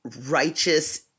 righteous